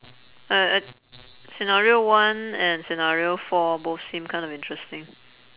uh uh scenario one and scenario four both seem kind of interesting